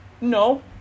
No